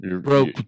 Broke